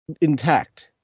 intact